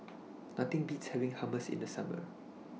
Nothing Beats having Hummus in The Summer